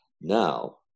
Now